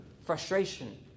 frustration